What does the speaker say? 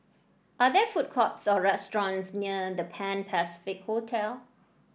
are there food courts or restaurants near The Pan Pacific Hotel